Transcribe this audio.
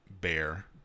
bear